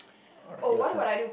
alright your turn